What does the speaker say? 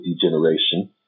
degeneration